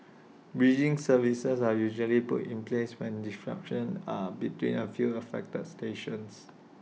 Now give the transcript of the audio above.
bridging services are usually put in place when disruptions are between A few affected stations